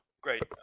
Great